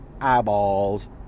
eyeballs